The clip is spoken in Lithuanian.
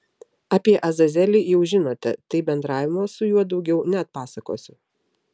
apie azazelį jau žinote tai bendravimo su juo daugiau neatpasakosiu